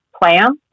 plan